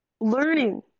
learning